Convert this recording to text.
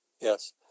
Yes